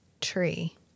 tree